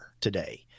today